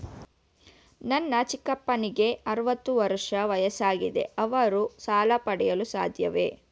ನನ್ನ ಚಿಕ್ಕಪ್ಪನಿಗೆ ಅರವತ್ತು ವರ್ಷ ವಯಸ್ಸಾಗಿದೆ ಅವರು ಸಾಲ ಪಡೆಯಲು ಸಾಧ್ಯವೇ?